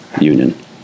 Union